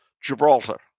Gibraltar